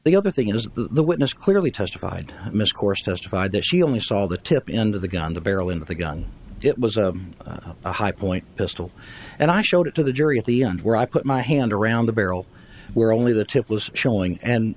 the other thing is the witness clearly testified miss course testified that she only saw the tip into the gun the barrel into the gun it was a high point pistol and i showed it to the jury at the end where i put my hand around the barrel where only the tip was showing and